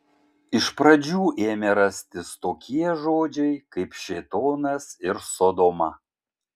iš pradžių ėmė rastis tokie žodžiai kaip šėtonas ir sodoma